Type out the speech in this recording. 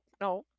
no